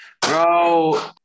Bro